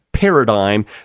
paradigm